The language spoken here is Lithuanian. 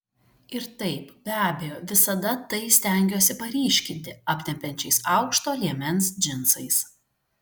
ir taip be abejo visada tai stengiuosi paryškinti aptempiančiais aukšto liemens džinsais